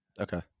Okay